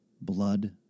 blood